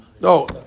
No